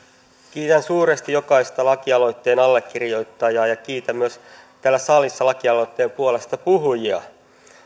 kiitän suuresti jokaista lakialoitteen allekirjoittajaa ja kiitän myös täällä salissa lakialoitteen puolestapuhujia